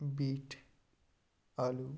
bit আলু